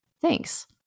Thanks